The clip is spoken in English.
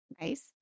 Nice